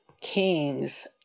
kings